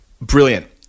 brilliant